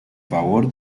favor